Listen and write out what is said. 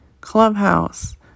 Clubhouse